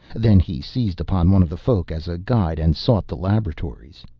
then he seized upon one of the folk as a guide and sought the laboratories.